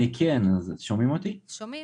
בבקשה.